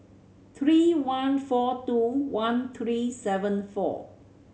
three one four two one three seven four